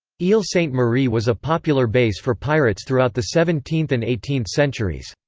ile sainte-marie was a popular base for pirates throughout the seventeenth and eighteenth centuries.